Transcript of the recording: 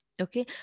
Okay